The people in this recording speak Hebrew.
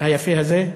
היפה הזה?